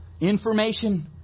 information